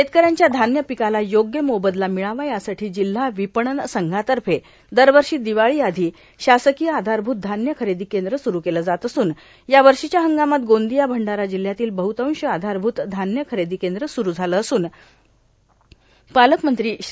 शेतकऱ्याच्या धान्य पिकाला योग्य मोबदला मिळावा यासाठी जिल्हा विपणन संघातर्फे दरवर्षी दिवाळी आधी शासकीय आधारभूत धान्य खरेदी केंद्र स्रु केले जात असून या वर्षीच्या हंगामात गोंदिया भंडारा जिल्यातील बहतांश आधारभूत धान्य खरेदी केंद्र स्रु झाले असून पालक मंत्री श्री